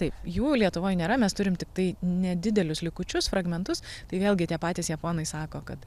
taip jų lietuvoj nėra mes turim tiktai nedidelius likučius fragmentus tai vėlgi tie patys japonai sako kad